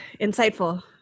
insightful